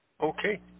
Okay